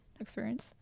experience